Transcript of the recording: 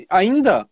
ainda